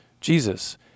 Jesus